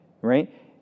right